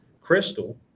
crystal